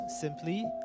simply